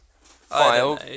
File